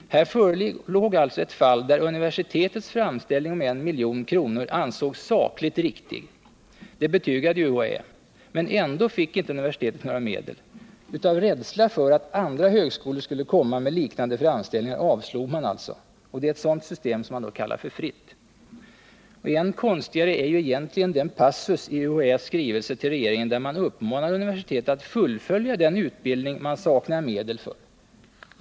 Här förelåg alltså ett fall där universitetets framställning om 1 milj.kr. ansågs sakligt riktig — det betygade ju UHÄ — men ändå fick inte universitetet några medel. Av rädsla för att andra högskolor skulle komma med liknande framställningar avslog man begäran. Det är ett sådant system man kallar fritt. Än konstigare är egentligen den passus i UHÄ:s skrivelse till regeringen där man uppmanar universitetet att fullfölja den utbildning man saknar medel för.